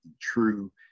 true